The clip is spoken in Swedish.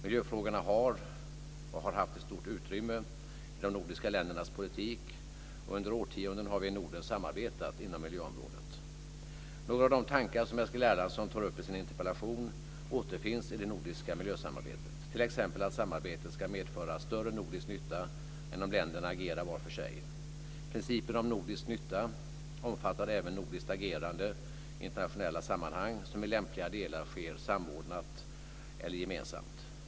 Miljöfrågorna har och har haft ett stort utrymme i de nordiska ländernas politik och under årtionden har vi i Norden samarbetat inom miljöområdet. Några av de tankar som Eskil Erlandsson tar upp i sin interpellation återfinns i det nordiska miljösamarbetet, t.ex. att samarbetet ska medföra större nordisk nytta än om länderna agerar var för sig. Principen om nordisk nytta omfattar även nordiskt agerande i internationella sammanhang som i lämpliga delar sker samordnat eller gemensamt.